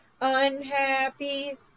Unhappy